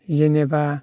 जेनेबा